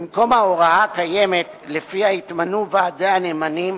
במקום ההוראה הקיימת, שלפיה יתמנו ועדי הנאמנים